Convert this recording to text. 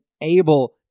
able